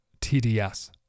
TDS